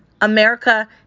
America